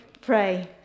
pray